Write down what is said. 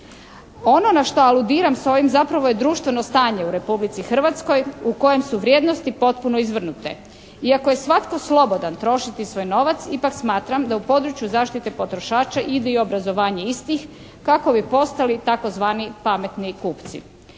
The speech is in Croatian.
Ono na što aludiram s ovim zapravo je društveno stanje u Republici Hrvatskoj u kojem su vrijednosti potpuno izvrnute. Iako je svatko slobodan trošiti svoj novac ipak smatram da u području zaštite potrošača ide i obrazovanje istih kako bi postali tzv. pametni kupci.